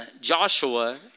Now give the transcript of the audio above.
Joshua